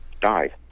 died